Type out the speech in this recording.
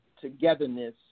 togetherness